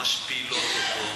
משפילות אותו,